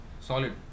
solid